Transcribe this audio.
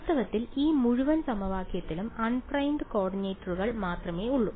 വാസ്തവത്തിൽ ഈ മുഴുവൻ സമവാക്യത്തിനും അൺപ്രൈംഡ് കോർഡിനേറ്റുകൾ മാത്രമേ ഉള്ളൂ